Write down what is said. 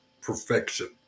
perfection